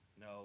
No